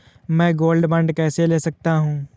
मैं gold bond कैसे ले सकता हूँ?